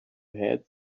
hate